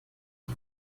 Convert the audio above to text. die